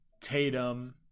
Tatum